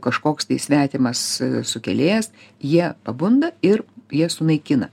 kažkoks tai svetimas sukėlėjas jie pabunda ir jie sunaikina